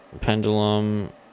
Pendulum